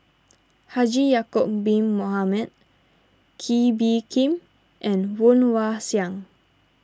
Haji Ya'Acob Bin Mohamed Kee Bee Khim and Woon Wah Siang